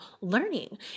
learning